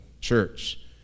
church